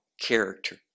character